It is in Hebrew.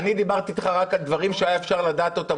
דיברתי איתך רק על דברים שאפשר היה לדעת אותם